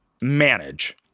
manage